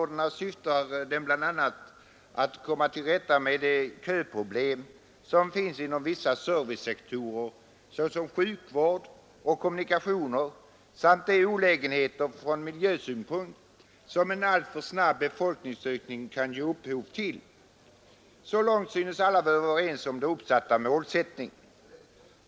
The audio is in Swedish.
den bl.a. till att komma till rätta med de köproblem som finns inom vissa servicesektorer såsom sjukvård och kommunikationer samt de olägenheter från miljösynpunkt som en alltför snabb befolkningsökning kan ge upphov till. Så långt synes alla vara ense om målsättningen.